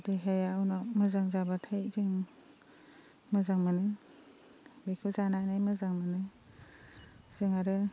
देहाया उनाव मोजां जाब्लाथाय जों मोजां मोनो बेखौ जानानै मोजां मोनो जों आरो